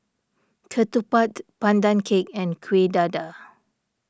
Ketupat Pandan Cake and Kueh Dadar